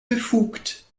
befugt